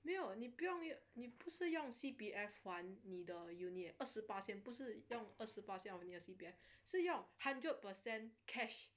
没有你不用你不是用 C_P_F 还你的 uni 二十巴先不是用二十巴先 of 你的 C_P_F 是用 hundred percent cash